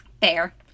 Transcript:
Fair